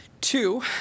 Two